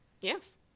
Yes